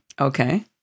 Okay